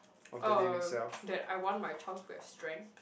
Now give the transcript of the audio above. uh that I want my child to have strength